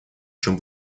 чем